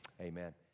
amen